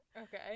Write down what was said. Okay